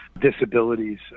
disabilities